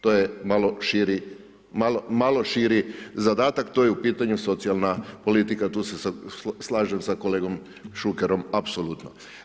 To je malo širi zadatak, to je u pitanju socijalna politika, tu se slažem sa kolegom Šukerom apsolutno.